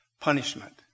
punishment